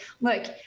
look